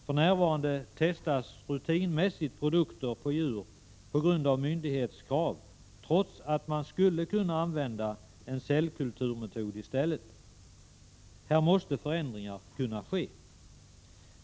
För närvarande testas rutinmässigt produkter på djur på grund av myndighets krav, trots att man skulle kunna använda en cellkulturmetod i stället. Här måste förändringar kunna ske.